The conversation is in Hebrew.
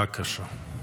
בבקשה.